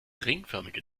ringförmige